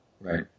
Right